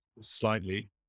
slightly